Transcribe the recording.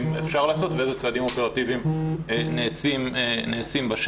אפשר לעשות ואיזה צעדים אופרטיביים נעשים בשטח.